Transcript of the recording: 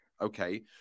okay